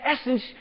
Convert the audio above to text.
essence